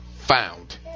Found